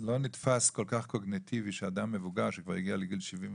לא נתפס קוגניטיבי, שאדם מבוגר שכבר הגיע לגיל 75,